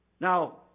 Now